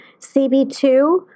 CB2